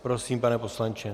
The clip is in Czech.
Prosím, pane poslanče.